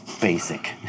Basic